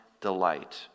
delight